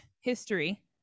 history